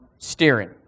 steering